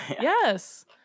Yes